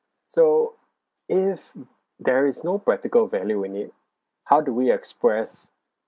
so if there is no practical value in it how do we express